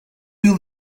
yıl